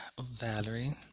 Valerie